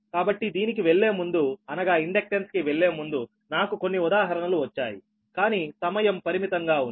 కాబట్టి దీనికి వెళ్లేముందు అనగా ఇండక్టెన్స్ కి వెళ్లేముందు నాకు కొన్ని ఉదాహరణలు వచ్చాయి కానీ సమయం పరిమితం గా ఉంది